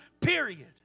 Period